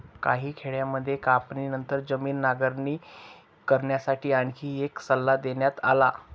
काही खेड्यांमध्ये कापणीनंतर जमीन नांगरणी करण्यासाठी आणखी एक सल्ला देण्यात आला